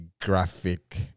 graphic